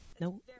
no